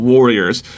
Warriors